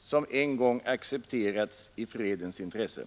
som en gång accepterats i fredens intresse.